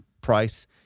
price